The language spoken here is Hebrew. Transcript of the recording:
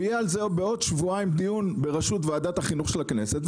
ויהיה על זה בעוד שבועיים דיון בראשות ועדת החינוך של הכנסת,